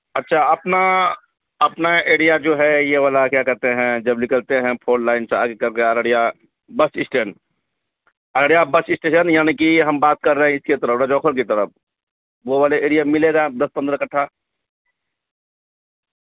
اچھا اپنا اپنا ایریا جو ہے یہ والا کیا کہتے ہیں جب نکلتے ہیں فورٹ لائن سے آگے کر کے Araria bus stand Araria bus station یعنی کہ ہم بات کر رہے ہیں اس کے طرف رجوکھر کی طرف وہ والے ایریا ملے گا ہے دس پندرہ کٹھا